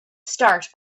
start